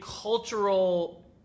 cultural